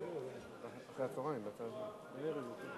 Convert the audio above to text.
והוראת שעה) (שירות במשטרה ושירות מוכר)